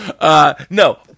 No